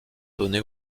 donné